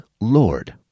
Lord